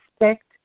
respect